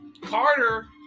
carter